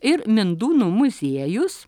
ir mindūnų muziejus